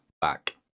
back